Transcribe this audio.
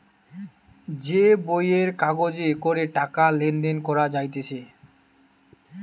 যে বইয়ের কাগজে করে টাকা লেনদেন করা যাইতেছে